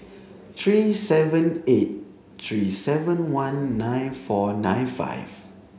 three seven eight three seven one nine four nine five